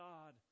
God